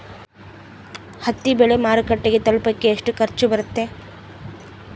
ಹತ್ತಿ ಬೆಳೆ ಮಾರುಕಟ್ಟೆಗೆ ತಲುಪಕೆ ಎಷ್ಟು ಖರ್ಚು ಬರುತ್ತೆ?